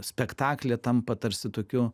spektaklyje tampa tarsi tokiu